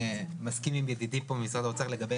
אני מסכים עם ידידי פה ממשרד האוצר לגבי